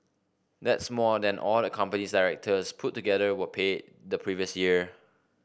that's more than all the company's directors put together were paid the previous year